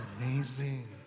amazing